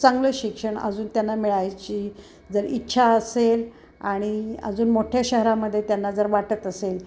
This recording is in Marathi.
चांगलं शिक्षण अजून त्यांना मिळायची जर इच्छा असेल आणि अजून मोठ्या शहरामध्ये त्यांना जर वाटत असेल